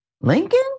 Lincoln